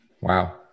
Wow